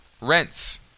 rents